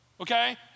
okay